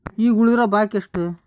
ಈಗ ಉಳಿದಿರೋ ಬಾಕಿ ಎಷ್ಟು?